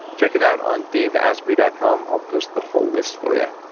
check it out on daveasprey dot com. i'll post the whole list for yeah